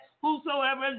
whosoever